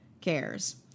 cares